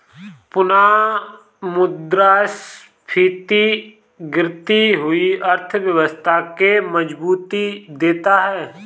पुनःमुद्रस्फीति गिरती हुई अर्थव्यवस्था के मजबूती देता है